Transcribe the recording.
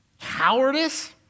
cowardice